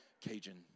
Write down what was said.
Cajun